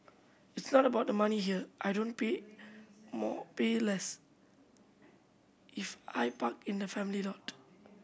it's not about the money here I don't pay more pay less if I park in the family lot